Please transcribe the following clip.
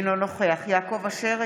אינו נוכח יעקב אשר,